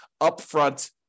upfront